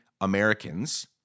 Americans